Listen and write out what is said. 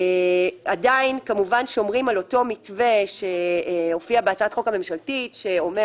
עדיין כמובן שומרים על אותו מתווה שהופיע בהצעת החוק הממשלתית שאומר